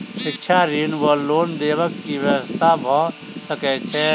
शिक्षा ऋण वा लोन देबाक की व्यवस्था भऽ सकै छै?